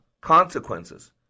consequences